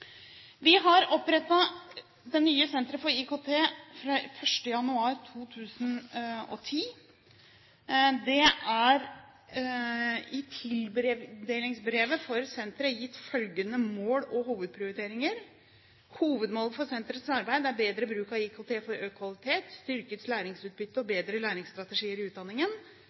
det nye senteret for IKT 1. januar 2010. I tildelingsbrevet for senteret er det gitt følgende mål og hovedprioriteringer: «Hovedmålet for senterets arbeid er bedre bruk av IKT for økt kvalitet, styrket læringsutbytte og bedre læringsstrategier i utdanningen.